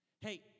Hey